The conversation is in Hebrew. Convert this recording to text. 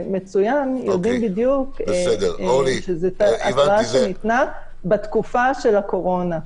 שמצוין יודעים בדיוק שזו התראה שניתנה בתקופה של הקורונה.